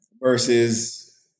versus